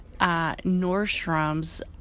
Nordstrom's